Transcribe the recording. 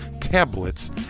tablets